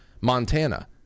Montana